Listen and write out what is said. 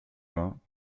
vingts